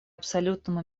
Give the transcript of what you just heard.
абсолютным